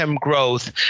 growth